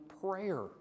prayer